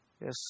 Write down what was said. Yes